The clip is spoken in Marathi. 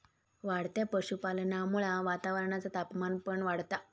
वाढत्या पशुपालनामुळा वातावरणाचा तापमान पण वाढता